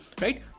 right